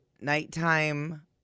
nighttime